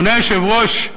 אדוני היושב-ראש,